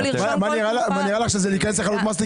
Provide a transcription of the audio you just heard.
נראה לך שזה מסטיק שקונים בחנות?